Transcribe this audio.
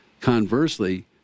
conversely